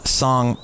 song